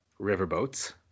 riverboats